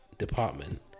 department